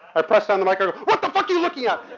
i press down the microphone, what the fuck you looking at?